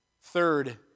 Third